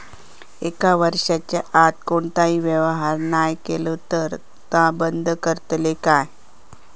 एक वर्षाच्या आत कोणतोही व्यवहार नाय केलो तर ता बंद करतले काय?